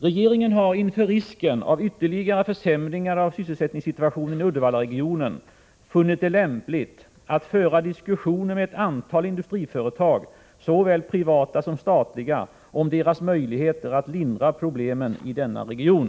Regeringen har inför risken av ytterligare försämringar av sysselsättningssituationen i Uddevallaregionen funnit det lämpligt att föra diskussioner med ett antal industriföretag, såväl privata som statliga, om deras möjligheter att lindra problemen i denna region.